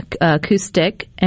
acoustic